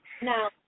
Now